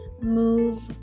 move